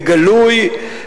בגלוי,